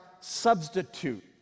substitute